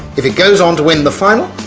if it goes on to win the final,